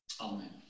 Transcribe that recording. Amen